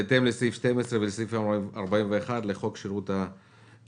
בהתאם להוראות סעיפים 12 ו- 41 לחוק שירות המדינה